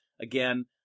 Again